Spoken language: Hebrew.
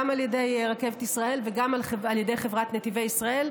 גם על ידי רכבת ישראל וגם על ידי חברת נתיבי ישראל.